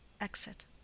Exit